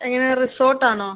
എങ്ങനാണ് റിസോർട്ടാണോ